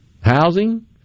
housing